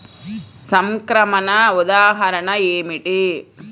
సంక్రమణ ఉదాహరణ ఏమిటి?